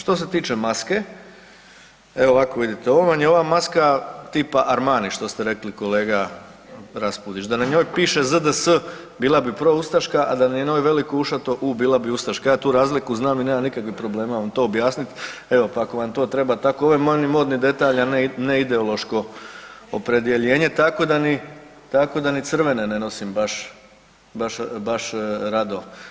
Što se tiče maske, evo ovako vidite, ovo vam je ova maska tipa Armani, što ste rekli Raspudić, da na njoj ZDS, bila bi proustaška a da na je na njoj veliko ušato U bila bi ustaška, ja tu razliku znam i nemam nikakvih problema vam to objasnit, evo pa ako vam to treba, ovo je meni modni detalj a ne ideološko opredjeljenje, tako da ni crvene ne nosim baš rado.